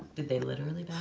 they literally back